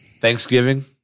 Thanksgiving